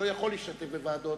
לא יכול להשתתף בוועדות,